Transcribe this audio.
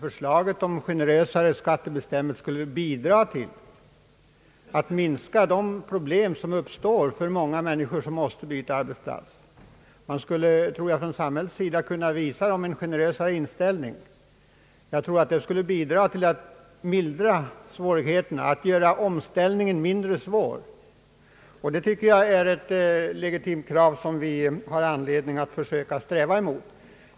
Förslaget om generösare skattebestämmelser skulle bidra till att minska de problem som uppstår för många människor som måste byta arbetsplats. Samhället borde kunna visa en generösare inställning. Det skulle bidra till att mildra svårigheterna och att göra omställningen mindre svår. Det är ett legitimt krav som vi har anledning försöka sträva efter att tillgodose.